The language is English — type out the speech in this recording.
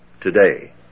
today